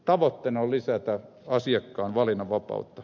tavoitteena on lisätä asiakkaan valinnan vapautta